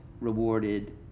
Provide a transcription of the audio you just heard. rewarded